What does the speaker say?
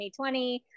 2020